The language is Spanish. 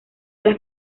las